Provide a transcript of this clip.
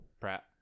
Pratt